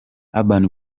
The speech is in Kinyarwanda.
urban